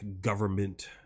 government